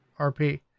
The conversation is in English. RP